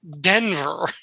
Denver